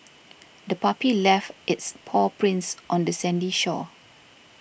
the puppy left its paw prints on the sandy shore